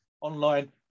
online